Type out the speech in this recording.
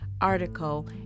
article